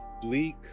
bleak